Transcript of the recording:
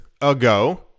ago